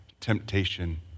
temptation